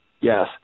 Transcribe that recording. yes